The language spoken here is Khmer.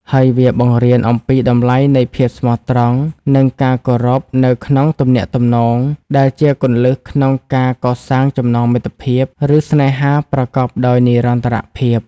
ហើយវាបង្រៀនអំពីតម្លៃនៃភាពស្មោះត្រង់និងការគោរពនៅក្នុងទំនាក់ទំនង ដែលជាគន្លឹះក្នុងការកសាងចំណងមិត្តភាព ឬស្នេហាប្រកបដោយនិរន្តរភាព។